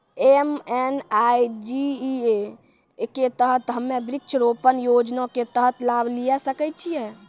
MNREGA के तहत हम्मय वृक्ष रोपण योजना के तहत लाभ लिये सकय छियै?